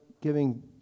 giving